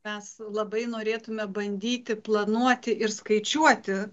mes labai norėtume bandyti planuoti ir skaičiuoti